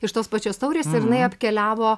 iš tos pačios taurės ir jinai apkeliavo